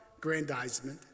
grandizement